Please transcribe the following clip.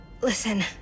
Listen